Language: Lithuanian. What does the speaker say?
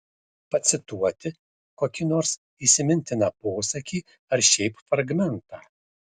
pacituoti kokį nors įsimintiną posakį ar šiaip fragmentą